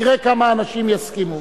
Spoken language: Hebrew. תראה כמה אנשים יסכימו.